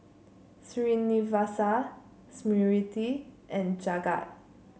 Srinivasa Smriti and Jagat